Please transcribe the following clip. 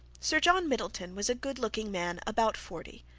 sir john middleton was a good looking man about forty.